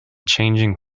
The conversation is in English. changing